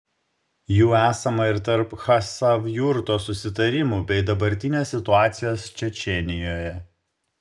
jų esama ir tarp chasavjurto susitarimų bei dabartinės situacijos čečėnijoje